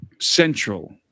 central